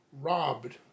robbed